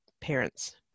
parents